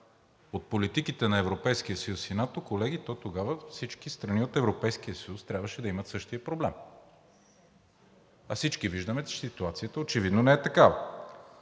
от политиките на Европейския съюз и НАТО, колеги, то тогава всички страни от Европейския съюз трябваше да имат същия проблем. А всички виждаме, че ситуацията очевидно не е такава.